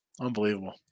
Unbelievable